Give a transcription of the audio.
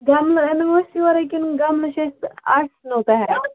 گملہٕ انوا أسۍ یورے کِنہٕ گملہٕ چھِ أسۍ آسنَو تُوہہِ اَتہِ